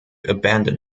abandon